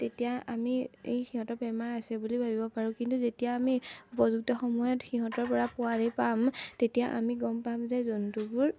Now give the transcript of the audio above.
তেতিয়া আমি এই সিহঁতৰ বেমাৰ আছে বুলি ভাবিব পাৰোঁ কিন্তু যেতিয়া আমি উপযুক্ত সময়ত সিহঁতৰ পৰা পোৱালি পাম তেতিয়া আমি গম পাম যে জন্তুবোৰ